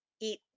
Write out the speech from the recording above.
eat